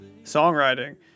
songwriting